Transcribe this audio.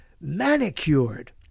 manicured